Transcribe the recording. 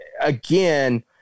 Again